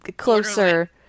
closer